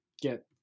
get